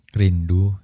rindu